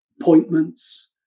appointments